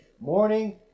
morning